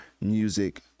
music